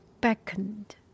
beckoned